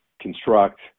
construct